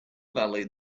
valley